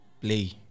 play